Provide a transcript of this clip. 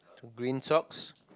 green socks